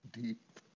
deep